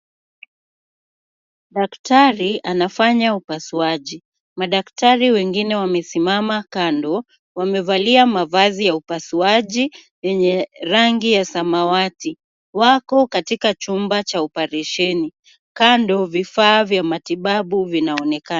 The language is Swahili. Daktari anafanya upasuaji, madaktari wengine wamesimama kando , wamevalia mavazi ya upasuaji yenye rangi ya samawati, wako katika chumba cha oparesheni, kando vifaa vya matibabu vinaonekana.